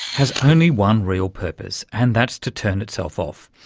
has only one real purpose and that's to turn itself off.